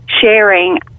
sharing